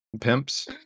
pimps